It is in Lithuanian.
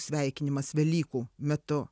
sveikinimas velykų metu